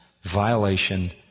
violation